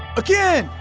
again.